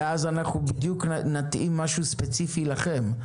ואז אנחנו בדיוק נתאים משהו ספציפי לכם.